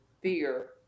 fear